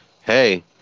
hey